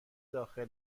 داخل